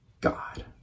God